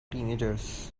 teenagers